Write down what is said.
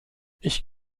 ich